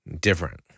different